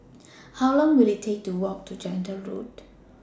How Long Will IT Take to Walk to Gentle Road